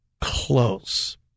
close